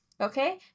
okay